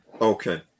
Okay